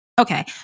Okay